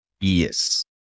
Yes